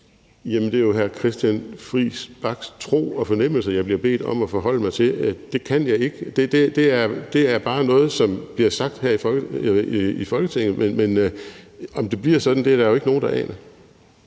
Jamen det er jo hr. Christian Friis Bachs tro og fornemmelser, jeg bliver bedt om at forholde mig til. Det kan jeg ikke. Det er bare noget, som bliver sagt her i Folketinget, men om det bliver sådan, er der jo ikke nogen, der aner.